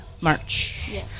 March